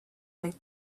make